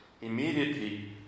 immediately